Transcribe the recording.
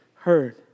heard